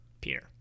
Peter